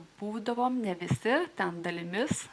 būdavome ne visi ten dalimis